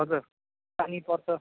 हजुर पानी पर्छ